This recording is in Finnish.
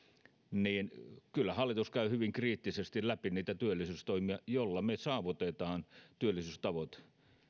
niin kyllä hallitus käy hyvin kriittisesti läpi niitä työllisyystoimia joilla saavutetaan työllisyystavoite